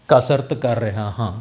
ਕਸਰਤ ਕਰ ਰਿਹਾ ਹਾਂ